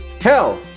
hell